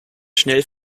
schnell